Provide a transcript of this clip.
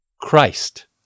Christ